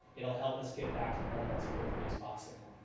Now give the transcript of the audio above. it'll help us get back to normal as quickly as possible.